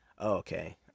okay